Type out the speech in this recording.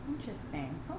Interesting